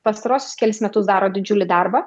pastaruosius kelis metus daro didžiulį darbą